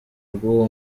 bw’uwo